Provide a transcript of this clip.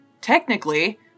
technically